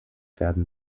werden